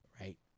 right